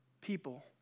people